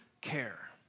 care